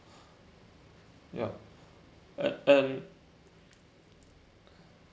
yup and and